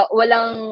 walang